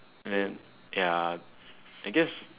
and then ya I guess